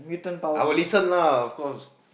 I will listen lah of course